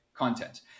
content